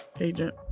agent